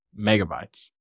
megabytes